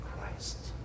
Christ